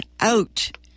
out